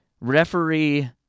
Referee